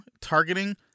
targeting